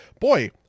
boy